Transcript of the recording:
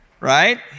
right